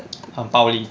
很暴力